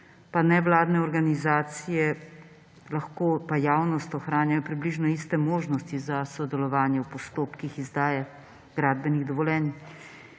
pa nevladne organizacije ter javnost ohranjajo približno iste možnosti za sodelovanje v postopkih izdaje gradbenih dovoljenj.